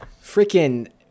freaking